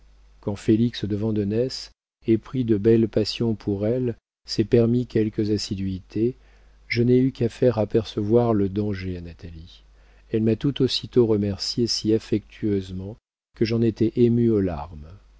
quand félix de vandenesse épris de belle passion pour elle s'est permis quelques assiduités je n'ai eu qu'à faire apercevoir le danger à natalie elle m'a tout aussitôt remercié si affectueusement que j'en étais ému aux larmes